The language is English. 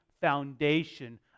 foundation